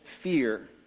fear